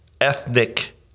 ethnic